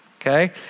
Okay